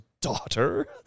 daughter